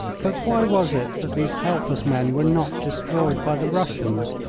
but why was it that these helpless men were not destroyed by the russians?